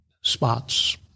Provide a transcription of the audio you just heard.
spots